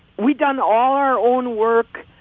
we done all our own work,